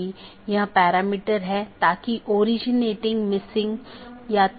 तो मैं AS1 से AS3 फिर AS4 से होते हुए AS6 तक जाऊँगा या कुछ अन्य पाथ भी चुन सकता हूँ